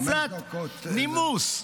חמש דקות --- קצת נימוס.